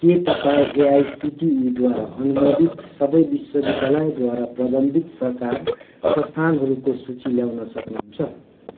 के तपाईँँ एआइसिटिईद्वारा अनुमोदित सबै विश्वविद्यालयद्वारा प्रबन्धित सरकारी संस्थानहरूको सूची ल्याउन सक्नुहुन्छ